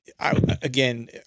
again